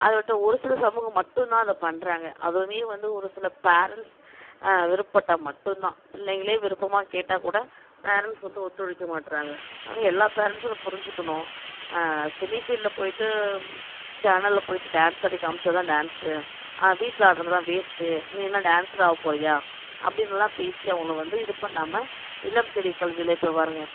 அதைவிட்டு ஒரு சில சமூகம் மட்டும் தான் அதை பண்ணுறாங்க அதுவுமே வந்து ஒரு சில பேரன்ட்ஸ் விருப்பப்பட்டா மட்டும் தான் பிள்ளைங்களே விருப்பமாக கேட்டாக்கூட பேரன்ட்ஸ் வந்து ஒத்துழைக்க மாட்டுறாங்க எல்லா பேரன்ட்ஸும் அதை புரிஞ்சிக்கணும் சினி ஃபீல்டில் போயிவிட்டு சேனலில் போயிவிட்டு டான்ஸ் ஆடி காமிச்சா தான் டான்ஸு வீட்டில் ஆடுறது எல்லாம் வேஸ்ட்டு நீ என்ன டான்ஸராவே போகறியா அப்படினுலாம் பேசி அவங்கள வந்து இது பண்ணாம இல்லம் தேடி கல்வியில இப்போ பாருங்கள்